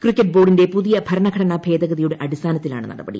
cricket ബോർഡിന്റെ പുതിയ ഭരണഘടനാ ഭേദഗതിയുടെ അടിസ്ഥാനത്തിലാണ് നടപടി